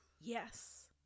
yes